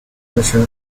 pressure